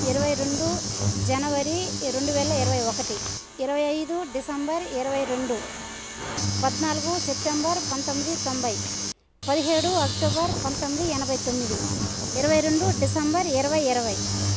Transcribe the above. ఇరవై రెండు జనవరి రెండు వేల ఇరవై ఒకటి ఇరవై ఐదు డిసెంబర్ ఇరవై రెండు పద్నాలుగు సెప్టెంబర్ పంతొమ్మిది తొంభై పదిహేడు అక్టోబర్ పంతొమ్మిది ఎనభై తొమ్మిది ఇరవై రెండు డిసెంబర్ ఇరవై ఇరవై